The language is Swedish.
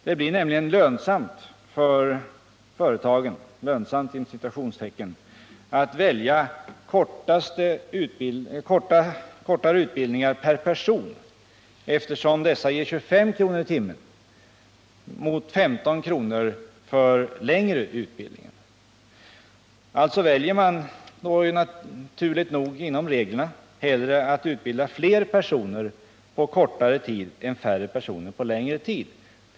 Det blir nämligen ”lönsamt” för företagen att välja kortare utbildningar per person, eftersom man därvid får ett bidrag med 25 kr. per timme i stället för endast 15 kr. som gäller för längre utbildning. Företagen väljer mot den bakgrunden naturligt nog och enligt reglerna hellre att utbilda fler personer på kortare tid än färre personer på längre tid.